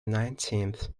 nineteenth